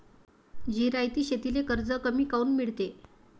जिरायती शेतीले कर्ज कमी काऊन मिळते?